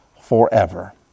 forever